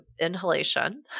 inhalation